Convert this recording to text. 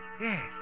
Yes